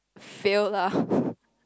fail lah